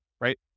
right